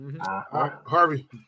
Harvey